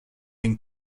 den